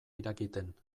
irakiten